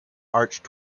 arched